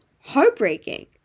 heartbreaking